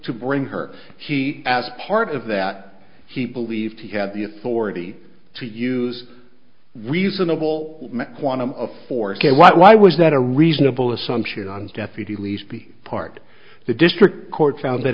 to bring her she asked part of that he believed he had the authority to use reasonable quantum of four k why was that a reasonable assumption on deputy least the part the district court found that